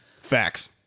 Facts